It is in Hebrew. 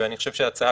ואני חושב שההצעה,